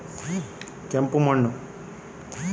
ಜಾಸ್ತಿ ನೇರನ್ನ ಹೇರಿಕೊಳ್ಳೊ ಮಣ್ಣಿನ ವಿಧ ಯಾವುದುರಿ?